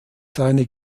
seine